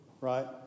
right